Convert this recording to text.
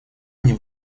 мне